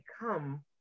become